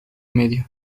medio